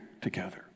together